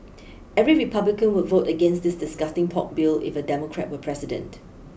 every Republican would vote against this disgusting pork bill if a Democrat were president